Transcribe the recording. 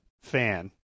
fan